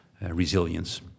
resilience